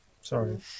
Sorry